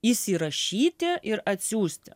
įsirašyti ir atsiųsti